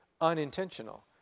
unintentional